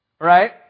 Right